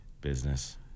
business